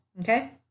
Okay